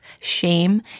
shame